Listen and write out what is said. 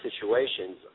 situations